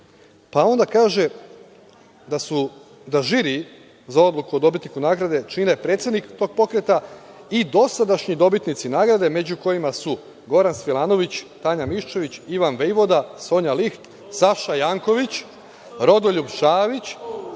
zakonu. Onda kaže da žiri za odluku o dobitniku nagrade čine predsednik tog pokreta i dosadašnji dobitnici nagrade među kojima su Goran Svilanović, Tanja Miščević, Ivan Vejvoda, Sonja Liht, Saša Janković, Rodoljub Šabić,